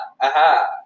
Aha